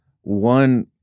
one